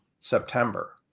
September